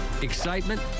excitement